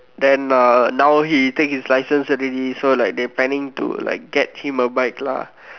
then ah now he take his license already so like now they planning to get him a bike lah